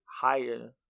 higher